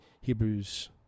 Hebrews